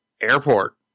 Airport